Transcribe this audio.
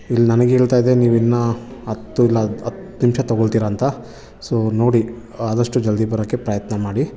ಇಲ್ಲಿ ನನಗೆ ಹೇಳ್ತಾ ಇದೆ ನೀವಿನ್ನೂ ಹತ್ತು ಇಲ್ಲ ಹತ್ತು ನಿಮಿಷ ತಗೊಳ್ತೀರಾ ಅಂತ ಸೊ ನೋಡಿ ಆದಷ್ಟು ಜಲ್ದಿ ಬರೋಕ್ಕೆ ಪ್ರಯತ್ನ ಮಾಡಿ